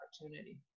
opportunity